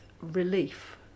relief